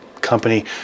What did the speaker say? company